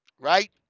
Right